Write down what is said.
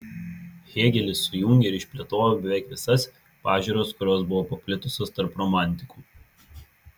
hėgelis sujungė ir išplėtojo beveik visas pažiūras kurios buvo paplitusios tarp romantikų